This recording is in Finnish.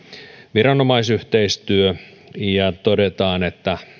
viranomaisyhteistyö ja todetaan että